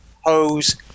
hose